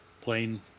plain